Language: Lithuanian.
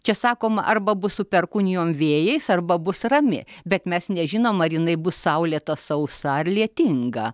čia sakoma arba bus su perkūnijom vėjais arba bus rami bet mes nežinom ar jinai bus saulėta sausa ar lietinga